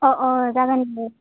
औ औ जागोन दे